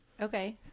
Okay